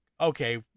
okay